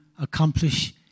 accomplish